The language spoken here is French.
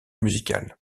musical